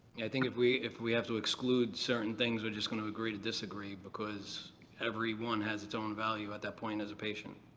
i think if we if we have to exclude certain things, we're just going to agree to disagree, because every one has its own value at that point as a patient.